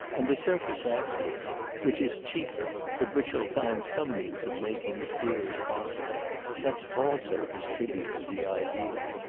and the circus afterwards which is cheaper, but which he'll find some means of making as dear as possible that's also his tribute to the ideal.